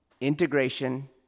integration